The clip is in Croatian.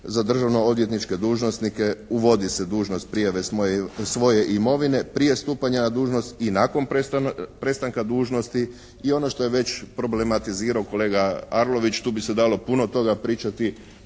za državnoodvjetničke dužnosnike uvodi se dužnost prijave svoje imovine prije stupanja na dužnost i nakon prestanka dužnosti i ono što je već problematizirao kolega Arlović, tu bi se dalo puno toga pričati